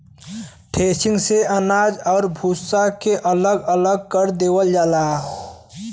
threshing से अनाज आउर भूसा के अलग अलग कर देवल जाला